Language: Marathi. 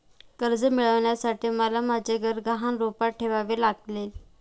कर्ज मिळवण्यासाठी मला माझे घर गहाण रूपात ठेवावे लागले